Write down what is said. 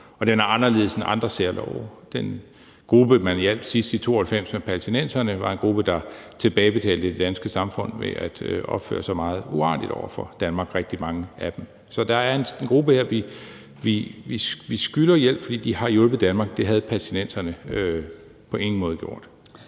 den er anderledes end andre særlove. Den gruppe, man hjalp sidst, var palæstinenserne i 1992. Det var en gruppe, der tilbagebetalte det danske samfund ved at opføre sig meget uartigt over for Danmark – det gælder rigtig mange af dem. Så der er en gruppe her, vi skylder hjælp, fordi de har hjulpet Danmark. Det havde palæstinenserne på ingen måde gjort.